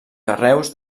carreus